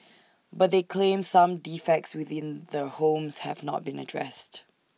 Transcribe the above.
but they claimed some defects within the homes have not been addressed